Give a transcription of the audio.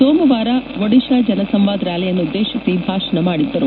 ಸೋಮವಾರ ಒಡಿಶಾ ಜನ ಸಂವಾದ್ ರ್ನಾಲಿಯನ್ನುದ್ದೇಶಿಸಿ ಭಾಷಣ ಮಾಡಿದ್ದರು